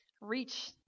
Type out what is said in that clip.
reach